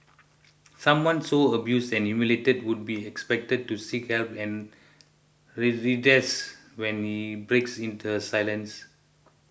someone so abused and humiliated would be expected to seek help and redress when she breaks in her silence